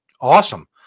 Awesome